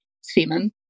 semen